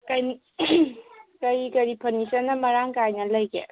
ꯀꯔꯤ ꯀꯔꯤ ꯀꯔꯤ ꯐꯔꯅꯤꯆꯔꯅ ꯃꯔꯥꯡ ꯀꯥꯏꯅ ꯂꯩꯒꯦ